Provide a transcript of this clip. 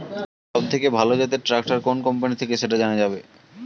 সবথেকে ভালো জাতের ট্রাক্টর কোন কোম্পানি থেকে সেটা জানা যাবে?